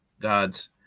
gods